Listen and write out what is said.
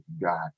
God